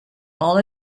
all